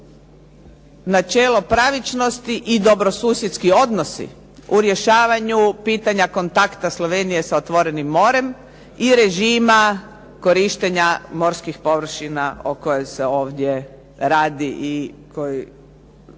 načelo pravičnosti i dobrosusjedski odnosi u rješavanju pitanja kontakta Slovenije sa otvorenim morem i režima korištenja morskih površina o kojoj se ovdje radi i koji